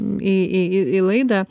į į į laidą